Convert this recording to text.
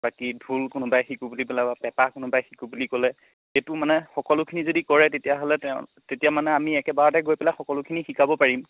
বাকী ঢোল কোনোবাই শিকো বুলি পেলাই পেপা কোনোবাই শিকো বুলি ক'লে এইটো মানে সকলোখিনি যদি কৰে তেতিয়াহ'লে তেও তেতিয়া মানে আমি একেবাৰতে গৈ পেলাই সকলোখিনি শিকাব পাৰিম